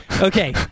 okay